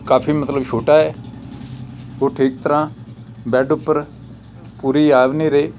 ਕਾਫ਼ੀ ਮਤਲਬ ਛੋਟਾ ਹੈ ਉਹ ਠੀਕ ਤਰ੍ਹਾਂ ਬੈਡ ਉੱਪਰ ਪੂਰੀ ਆ ਵੀ ਨਹੀਂ ਰਹੀ